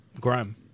Grime